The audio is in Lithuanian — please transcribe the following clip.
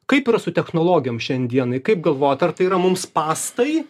kaip yra su technologijom šiandienai kaip galvojat ar tai yra mum spąstai